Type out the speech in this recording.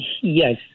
Yes